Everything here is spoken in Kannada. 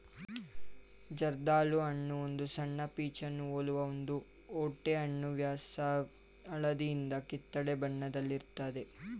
ಜರ್ದಾಳು ಹಣ್ಣು ಒಂದು ಸಣ್ಣ ಪೀಚನ್ನು ಹೋಲುವ ಒಂದು ಓಟೆಹಣ್ಣು ವ್ಯಾಸ ಹಳದಿಯಿಂದ ಕಿತ್ತಳೆ ಬಣ್ಣದಲ್ಲಿರ್ತದೆ